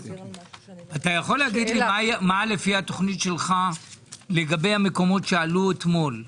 אתה יכול להגיד לי מה התוכנית שלך לגבי המקומות שעלו אתמול?